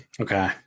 Okay